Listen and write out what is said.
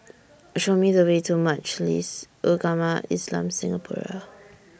Show Me The Way to Majlis Ugama Islam Singapura